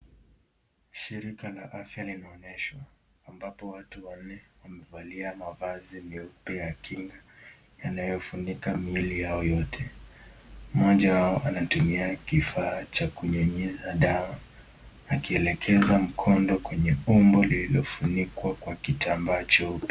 Shirika la afya ni maonyesho, ambapo watu wanne wamevalia mavazi meupe ya kinga yanayo funika mwili yote, mmoja wao anatumia kifaa cha kunyunyiza dawa, akiendeleza mkondo kwenye umbo lililofunikwa kwa kitambaa cheupe.